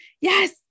yes